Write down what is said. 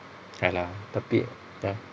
a'ah lah tapi pa~